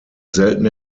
selten